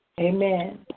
Amen